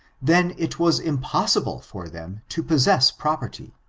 then it was impossible for them to possess property,